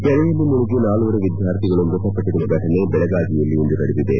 ಕೆರೆಯಲ್ಲಿ ಮುಳುಗಿ ನಾಲ್ವರು ವಿದ್ಯಾರ್ಥಿಗಳು ಮೃತಪಟ್ಟರುವ ಘಟನೆ ಬೆಳಗಾವಿಯಲ್ಲಿ ಇಂದು ನಡೆದಿದೆ